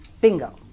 Bingo